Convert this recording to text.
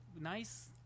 nice